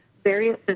various